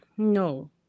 No